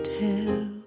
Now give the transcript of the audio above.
tell